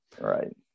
Right